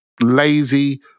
lazy